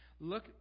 Look